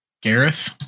Gareth